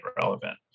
relevant